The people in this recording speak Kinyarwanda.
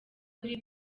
kuri